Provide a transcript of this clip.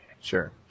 Sure